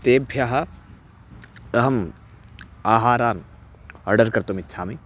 तेभ्यः अहम् आहारान् आर्डर् कर्तुम् इच्छामि